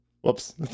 Whoops